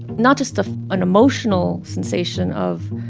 not just ah an emotional sensation of,